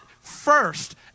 first